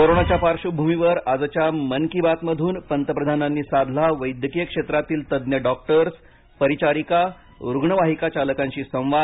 कोरोनाच्या पार्श्वभूमीवर आजच्या मन की बात मधून पंतप्रधानांनी साधला वैद्यकीय क्षेत्रातील तज्ञ डॉक्टर्स परिचारिका रुग्णवाहिका चालकांशी संवाद